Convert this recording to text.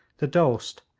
the dost,